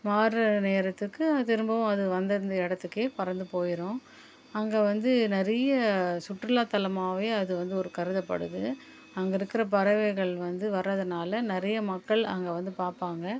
மாறுகிற நேரத்துக்கு திரும்பவும் அது வந்து அந்த இடத்துக்கே பறந்து போயிடும் அங்கே வந்து நிறைய சுற்றுலாதலமாவே அது வந்து ஒரு கருதப்படுது அங்கே இருக்கிற பறவைகள் வந்து வர்றதுனால் நிறைய மக்கள் அங்கே வந்து பார்ப்பாங்க